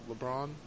LeBron